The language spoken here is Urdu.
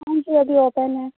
ہاں جی ابھی اوپن ہے